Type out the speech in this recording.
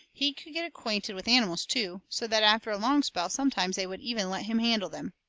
he could get acquainted with animals, too, so that after a long spell sometimes they would even let him handle them.